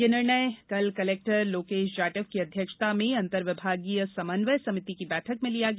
ये निर्णय कल कलेक्टर लोकेष जाटव की अध्यक्षता में अंतरविभागीय समन्वय समिति की बैठक में लिया गया